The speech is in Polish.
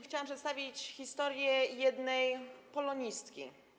Chciałabym przedstawić historię jednej polonistki.